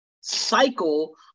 cycle